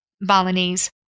Balinese